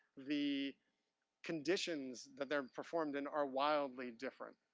the conditions that they're performed in are wildly different.